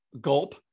Gulp